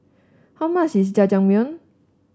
how much is Jajangmyeon